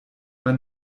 man